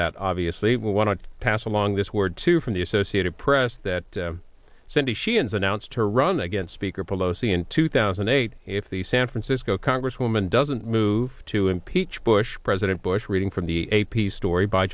that obviously we want to pass along this word to from the associated press that cindy sheehan's announced her run against speaker pelosi in two thousand and eight if the san francisco congresswoman doesn't move to impeach bush president bush reading from the a p story by